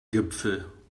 gipfel